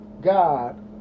God